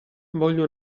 voglio